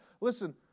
Listen